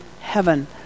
heaven